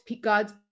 God's